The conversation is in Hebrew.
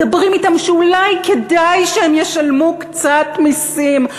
מדברים אתם שאולי כדאי שהם ישלמו קצת מסים,